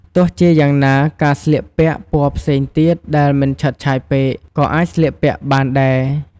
ទោះជាយ៉ាងណា ការស្លៀកពាក់ពណ៌ផ្សេងទៀតដែលមិនឆើតឆាយពេក ក៏អាចស្លៀកពាក់បានដែរ។